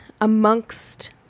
amongst